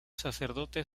sacerdote